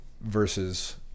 Versus